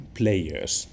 players